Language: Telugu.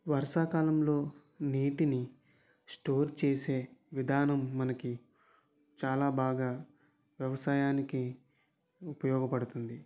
వర్షాకాలంలో నీటిని స్టోర్ చేసే విధానం మనకి చాలా బాగా వ్యవసాయానికి ఉపయోగపడుతుంది